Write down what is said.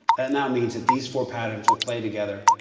that now means that these four patterns will play together,